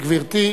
גברתי.